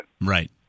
Right